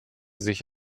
sich